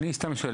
אני סתם שואל,